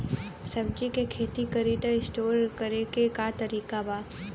सब्जी के खेती करी त स्टोर करे के का तरीका बा?